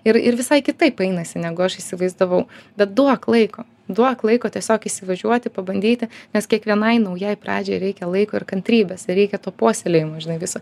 ir ir visai kitaip einasi negu aš įsivaizdavau bet duok laiko duok laiko tiesiog įsivažiuoti pabandyti nes kiekvienai naujai pradžiai reikia laiko ir kantrybės ir reikia to puoselėjimo žinai viso